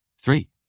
Three